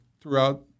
throughout